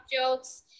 jokes